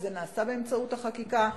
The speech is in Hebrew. וזה נעשה באמצעות החקיקה,